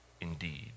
indeed